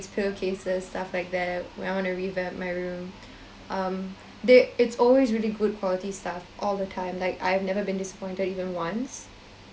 pillow cases stuff like that where I wanna revamp my room um they it's always really good quality stuff all the time like I've never been disappointed even once